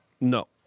No